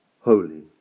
Holy